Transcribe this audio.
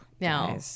now